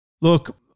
Look